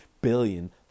billion